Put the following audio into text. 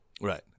Right